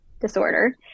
Disorder